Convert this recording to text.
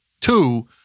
two